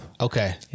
Okay